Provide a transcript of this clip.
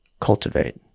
cultivate